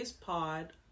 Pod